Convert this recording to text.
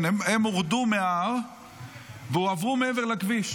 הם הורדו מההר והועברו מעבר לכביש.